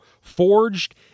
Forged